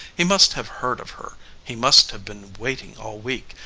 he must have heard of her he must have been waiting all week,